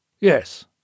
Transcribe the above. Yes